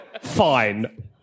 Fine